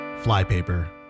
Flypaper